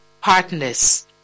partners